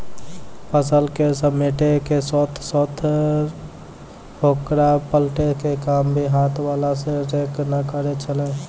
फसल क समेटै के साथॅ साथॅ होकरा पलटै के काम भी हाथ वाला हे रेक न करै छेलै